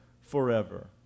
forever